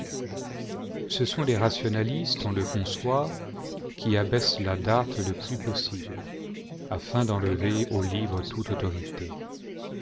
ce sont les rationalistes on le conçoit qui abaissent la date le plus possible afin d'enlever au livre toute autorité